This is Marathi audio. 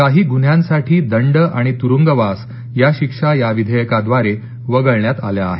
काही गुन्ह्यांसाठी दंड आणि तुरूंगवास या शिक्षा या विधेयकाद्वारे वगळण्यात आल्या आहेत